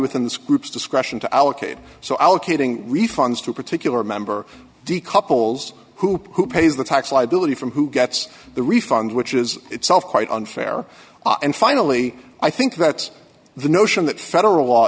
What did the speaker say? within this group's discretion to allocate so allocating refunds to particular member decouples who pays the tax liability from who gets the refund which is itself quite unfair and finally i think that's the notion that federal law